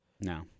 No